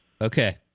Okay